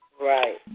Right